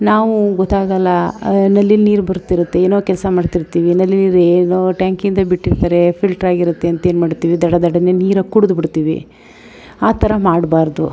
ನಾವು ಗೊತ್ತಾಗೋಲ್ಲ ನಲ್ಲಿ ನೀರು ಬರುತ್ತಿರುತ್ತೆ ಏನೋ ಕೆಲಸ ಮಾಡ್ತಿರ್ತೀವಿ ನಲ್ಲಿ ನೀರು ಏನೋ ಟ್ಯಾಂಕಿಂದ ಬಿಟ್ಟಿರ್ತಾರೆ ಫಿಲ್ಟ್ರಾಗಿರುತ್ತೆ ಅಂತೇನು ಮಾಡ್ತೀವಿ ದಡದಡನೇ ನೀರು ಕುಡುದ್ಬಿಡ್ತೀವಿ ಆ ಥರ ಮಾಡಬಾರ್ದು